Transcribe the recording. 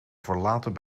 verlaten